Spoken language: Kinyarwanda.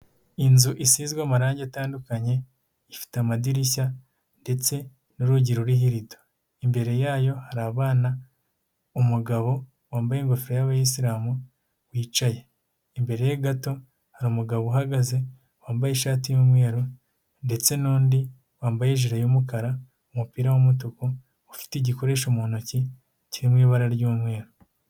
Inzu isizwe amarangi atandukanye, ifite amadirishya ndetse n'urugi ruriho irido, imbere yayo hari abana, umugabo wambaye ingofero y'abayisilamu wicaye, imbere ye gato hari umugabo uhagaze, wambaye ishati y'umweru ndetse n'undi wambaye ijire y'umukara, umupira w'umutuku, ufite igikoresho mu ntoki, kiri mu ibara ry'umweru.